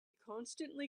constantly